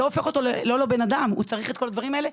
הוא צריך את כל הדברים האלה.